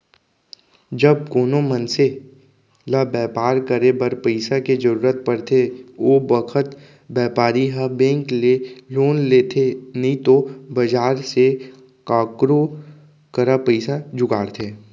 जब कोनों मनसे ल बैपार करे बर पइसा के जरूरत परथे ओ बखत बैपारी ह बेंक ले लोन लेथे नइतो बजार से काकरो करा पइसा जुगाड़थे